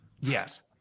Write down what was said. Yes